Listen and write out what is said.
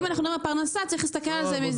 אם אנחנו מדברים על פרנסה צריך להסתכל על זה מזווית